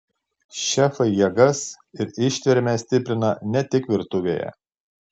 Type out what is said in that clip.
šefai jėgas ir ištvermę stiprina ne tik virtuvėje